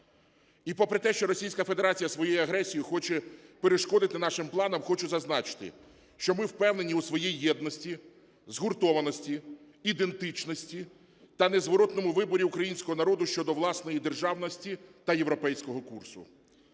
І попри те, що Російська Федерація своєю агресією хоче перешкодити нашим планам, хочу зазначити, що ми впевнені у своїй єдності, згуртованості, ідентичності та незворотному виборі українського народу щодо власної державності та європейського курсу.